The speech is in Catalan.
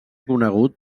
conegut